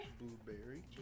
Blueberry